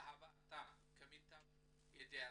בהבאתם כמיטב ידיעתי.